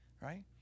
right